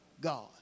God